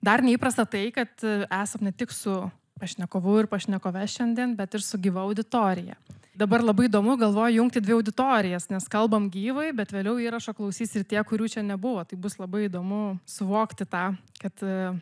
dar neįprasta tai kad esam ne tik su pašnekovu ir pašnekove šiandien bet ir su gyva auditorija dabar labai įdomu galvoju jungti dvi auditorijas nes kalbam gyvai bet vėliau įrašo klausys ir tie kurių čia nebuvo tai bus labai įdomu suvokti tą kad